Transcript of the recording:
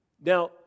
Now